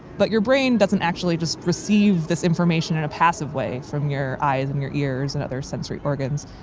but your brain doesn't actually just receive this information in a passive way from your eyes and your ears and other sensory organs.